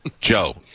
Joe